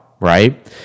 Right